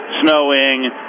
snowing